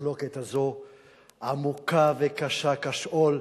המחלוקת הזאת עמוקה וקשה כשאול.